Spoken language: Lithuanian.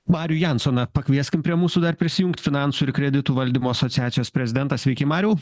marių jansoną pakvieskim prie mūsų dar prisijungt finansų ir kreditų valdymo asociacijos prezidentas sveiki mariau